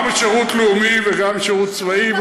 גם השירות הלאומי וגם השירות הצבאי.